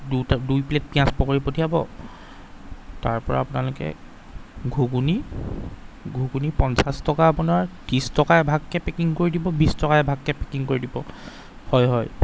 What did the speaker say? দুটা দুই প্লেট পিঁয়াজ পকৰি পঠিয়াব তাৰপৰা আপোনলোকে ঘূগুনী ঘূগুনী পঞ্চাছ টকা আপোনাৰ ত্ৰিছ টকা এভাগকৈ পেকিং কৰি দিব বিছ টকা এভাগকৈ পেকিং কৰি দিব হয় হয়